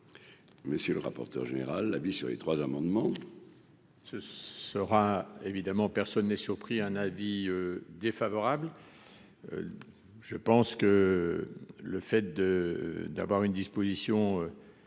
Monsieur le rapporteur général, la vie, sur les trois amendements. Ce sera évidemment personne n'est surpris un avis défavorable je pense que le fait de d'avoir une disposition